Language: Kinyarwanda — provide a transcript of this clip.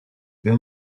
real